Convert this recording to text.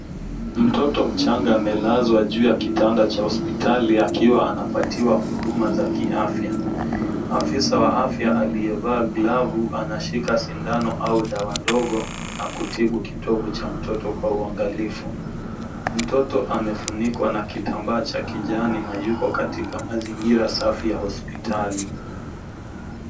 Mtoto mchanga amelazwa juu ya kitanda cha hospitali akiwa anapatiwa huduma za kiafya. Afisa wa afya aliyevaa glavu anashika sindano au dawa ndogo kutibu kitovu cha mtoto kwa uangalifu. Mtoto amefunikwa kwa kitambaa cha kijani na akiwa katika mazingira safi ya hospitali.